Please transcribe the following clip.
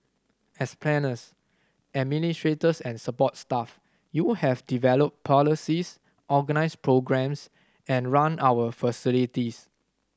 as planners administrators and support staff you have developed policies organised programmes and run our facilities